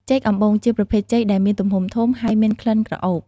ចេកអំបូង ជាប្រភេទចេកដែលមានទំហំធំ ហើយមានក្លិនក្រអូប។